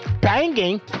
Banging